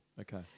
Okay